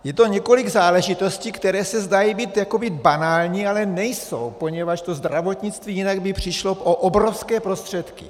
Je to několik záležitostí, které se zdají být jakoby banální, ale nejsou, poněvadž to zdravotnictví by jinak přišlo o obrovské prostředky.